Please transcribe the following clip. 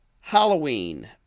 Halloween